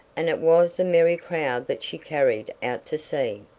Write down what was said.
and it was a merry crowd that she carried out to sea.